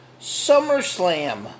SummerSlam